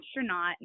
astronaut